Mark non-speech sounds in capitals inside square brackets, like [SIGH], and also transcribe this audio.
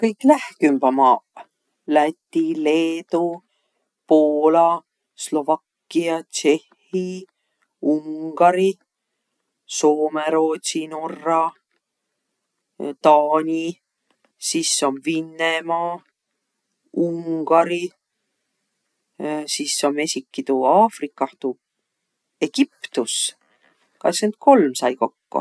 Kõik lähkümbäq maaq, Läti, Leedu, Poola, Slovakkia, Tšehhi, Ungari, Soomõ, Roodsi, Norra, Taani, sis om Vinnemaa, Ungari, [HESITATION] sis om esiki tuu Aafrikah tuu Egiptus. Katskend kolm sai kokko.